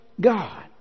God